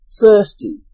thirsty